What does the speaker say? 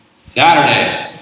Saturday